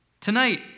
Tonight